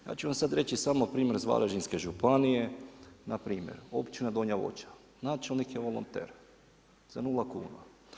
Ja ću vam sada reći samo primjer iz Varaždinske županije, npr. općina Donja Voća, načelnik je volonter, za 0 kuna.